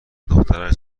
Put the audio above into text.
دخترش